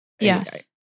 Yes